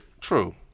true